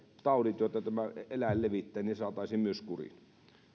taudit joita tämä eläin levittää saataisiin myös kuriin